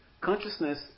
consciousness